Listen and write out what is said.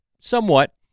somewhat